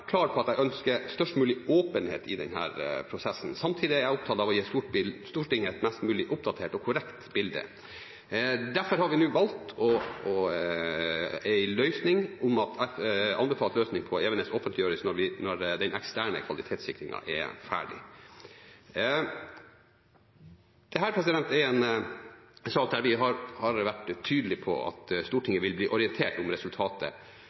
opptatt av å gi Stortinget et mest mulig oppdatert og korrekt bilde. Derfor har vi nå valgt en løsning med at anbefalt løsning for Evenes offentliggjøres når den eksterne kvalitetssikringen er ferdig. Dette er en sak der vi har vært tydelige på at Stortinget vil bli orientert om resultatet